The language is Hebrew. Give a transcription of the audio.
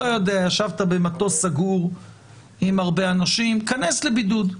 ישבת במטוס סגור עם הרבה אנשים, כנס לבידוד.